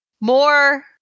More